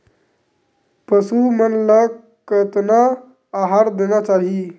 पशु मन ला कतना आहार देना चाही?